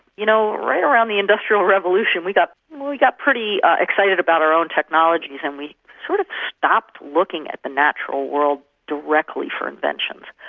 you know, right around the industrial revolution, we got we got pretty excited about our own technologies and we sort of stopped looking at the natural world directly for inventions.